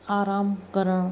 आराम करिणो